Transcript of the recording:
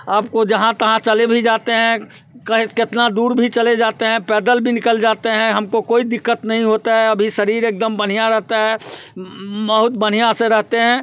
आपको जहाँ तहाँ चले भी जाते हैं कहीं कितना दूर भी चले जाते हैं पैदल भी निकल जाते हैं हमको कोई दिक़्क़त नहीं होता है अभी शरीर एकदम बढ़िया रहता है बहुत बढ़िया से रहते हैं